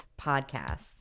podcasts